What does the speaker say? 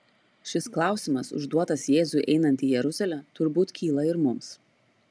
šis klausimas užduotas jėzui einant į jeruzalę turbūt kyla ir mums